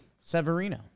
Severino